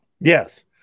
Yes